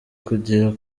kugira